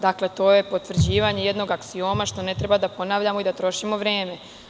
Dakle, to je potvrđivanje jednog aksioma što ne treba da ponavljamo i da trošimo vreme.